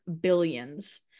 billions